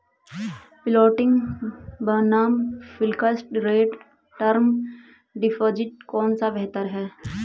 Floating बनाम fixed rate term deposit कौन सा बेहतर है?